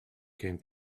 came